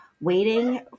waiting